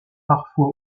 parfois